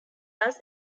areas